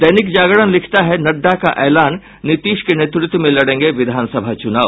दैनिक जागरण लिखता है नड्डा का एलान नीतीश के नेतृत्व में लड़ेंगे विधान सभा चुनाव